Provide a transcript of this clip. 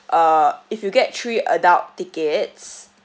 uh if you get three adult tickets